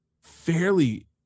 fairly